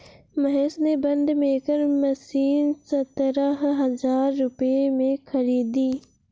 महेश ने बंद maker machine सतरह हजार रुपए में खरीदी